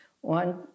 one